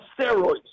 steroids